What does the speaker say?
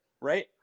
right